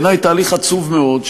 בעיני תהליך עצוב מאוד,